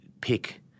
pick